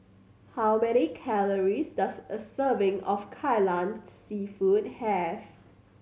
how many calories does a serving of Kai Lan Seafood have